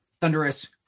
thunderous